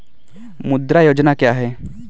मुद्रा योजना क्या है?